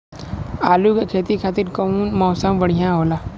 आलू के खेती खातिर कउन मौसम बढ़ियां होला?